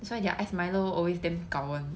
it's why their iced Milo always damn gao one